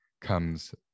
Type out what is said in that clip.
comes